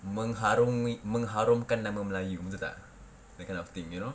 mengharungi mengharumkan nama melayu that kind of thing you know